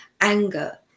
anger